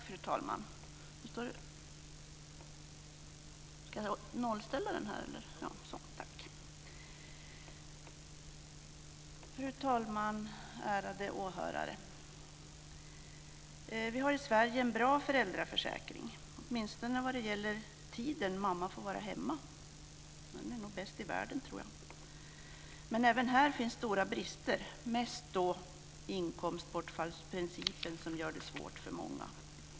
Fru talman och ärade åhörare! Vi har i Sverige en bra föräldraförsäkring, åtminstone vad gäller tiden mamma får vara hemma. Den är nog bäst i världen. Men även här finns stora brister. Mest är det inkomstbortfallsprincipen som gör det svårt för många.